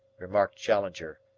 remarked challenger,